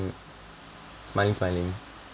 smiling smiling